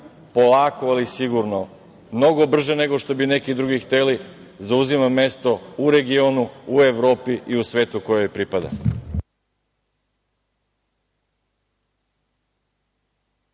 polako ali sigurno mnogo brže nego što bi neki drugi hteli zauzima mesto u regionu, u Evropi i u svetu koje joj pripada.